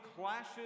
clashes